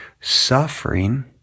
Suffering